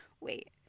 wait